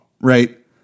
right